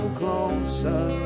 closer